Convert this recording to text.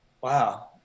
wow